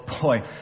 boy